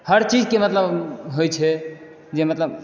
हर चीज के मतलब होइ छै जे मतलब